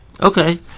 Okay